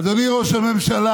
אדוני ראש הממשלה,